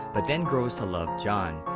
but then grows to love john.